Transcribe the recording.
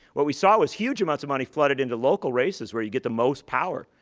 what we saw was huge amounts of money flooded into local races, where you get the most power,